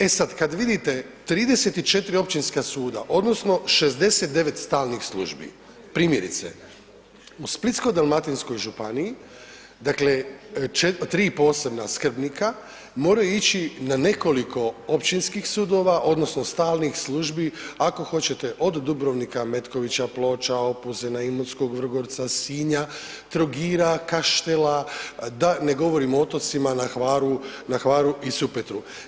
E sad, kad vidite 34 općinska suda odnosno 69 stalnih službi, primjerice u Splitsko-dalmatinskoj županiji, dakle 3 posebna skrbnika moraju ići na nekoliko općinskih sudova odnosno stalnih službi ako hoćete od Dubrovnika, Metkovića, Ploča, Opuzena, Imotskog, Vrgorca, Sinja, Trogira, Kaštela, da ne govorim o otocima na Hvaru, na Hvaru i Supetru.